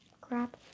crap